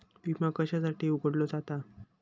विमा कशासाठी उघडलो जाता?